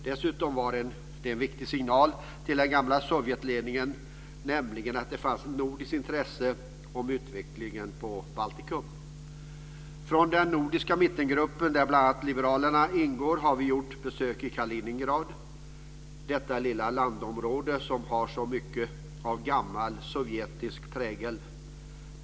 Dessutom var det en viktig signal till den gamla sovjetledningen, nämligen att det fanns ett nordiskt intresse om utvecklingen på Från den nordiska mittengruppen, där bl.a. liberalerna ingår, har vi gjort besök i Kaliningrad, detta lilla landområde som har så mycket av gammal sovjetisk prägel.